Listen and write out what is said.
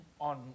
on